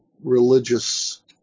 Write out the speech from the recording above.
religious